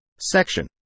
Section